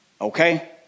okay